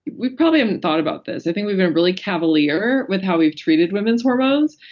we probably haven't thought about this. i think we've been really cavalier with how we've treated women's hormones.